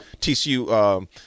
TCU